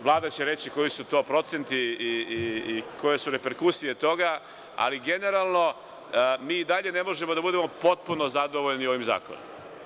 Vlada će reći koji su to procenti i koje su reperkusije toga, ali generalno, mi i dalje ne možemo da budemo potpuno zadovoljni ovim zakonom.